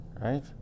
right